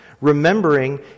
remembering